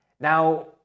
now